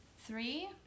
Three